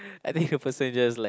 I think the person just like